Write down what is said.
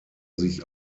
sich